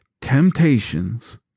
temptations